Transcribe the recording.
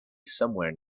somewhere